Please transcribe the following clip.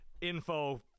info